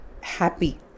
happy